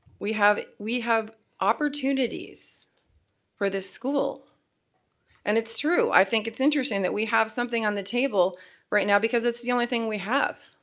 we have we have opportunities for this school and it's true. i think it's interesting that we have something on the table right now because it's the only thing we have